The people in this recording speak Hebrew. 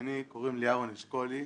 קוראים לי אהרון אשכולי,